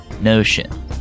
notion